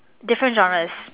different genres